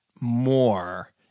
more